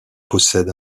possède